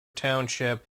township